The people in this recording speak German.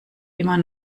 immer